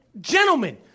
Gentlemen